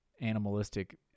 animalistic